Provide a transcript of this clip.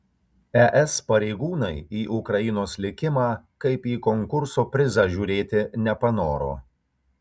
es pareigūnai į ukrainos likimą kaip į konkurso prizą žiūrėti nepanoro